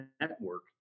network